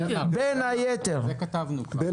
בין היתר --- זה כתבנו כבר.